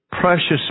precious